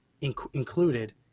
included